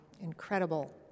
Incredible